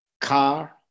car